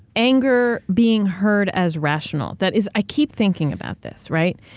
anger being heard as rational that is i keep thinking about this, right?